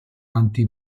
anti